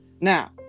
Now